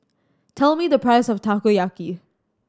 tell me the price of Takoyaki